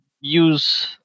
use